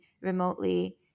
remotely